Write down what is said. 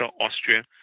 Austria